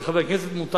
חבר הכנסת אריאל,